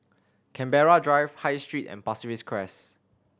Canberra Drive High Street and Pasir Ris Crest